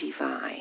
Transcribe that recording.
divine